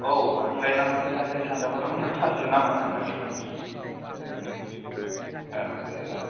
औ आंलाय नाम्बार गोदानखाय सानदोंमोन रं नाम्बारसो नामा होननानै